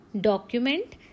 document